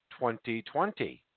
2020